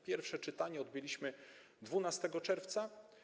Pierwsze czytanie odbyliśmy 12 czerwca.